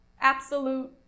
absolute